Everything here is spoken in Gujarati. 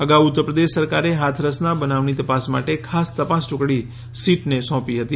અગાઉ ઉત્તરપ્રદેશ સરકારે હાથરસના બનાવની તપાસ માટે ખાસ તપાસ ટ્રકડી સીટને સોંપી હતી